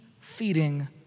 feeding